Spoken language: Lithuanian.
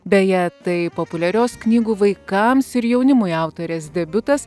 beje tai populiarios knygų vaikams ir jaunimui autorės debiutas